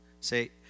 say